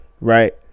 Right